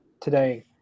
today